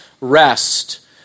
rest